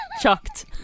Chucked